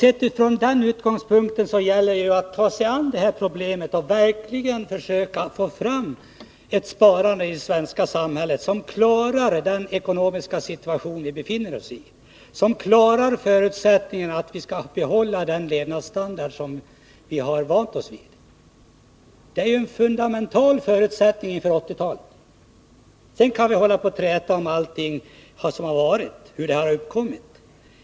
Sett från den utgångspunkten gäller det att ta sig an detta problem och verkligen försöka få fram ett sparande i det svenska samhället som vi klarar i den ekonomiska situation vi befinner oss i och som vi klarar med förutsättningen att behålla den standard vi har vant oss vid. Det är en fundamental förutsättning inför 1980-talet. Sedan kan vi träta om allt som har varit och om hur detta har uppkommit.